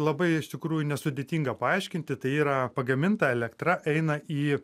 labai iš tikrųjų nesudėtinga paaiškinti tai yra pagaminta elektra eina į